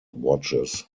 watches